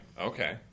Okay